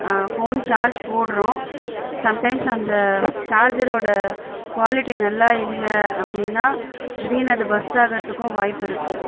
phone charge போடுறோம் sometimes அந்த சார்ஜரோட குவாலிட்டி நல்லா இல்லை அப்படின்னா திடிர்னு அது பஸ்ட் ஆகுறத்துக்கும் வாய்ப்பு இருக்குது